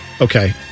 Okay